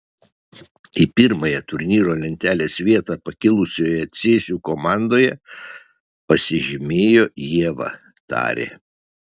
į pirmąją turnyro lentelės vietą pakilusioje cėsių komandoje pasižymėjo ieva tarė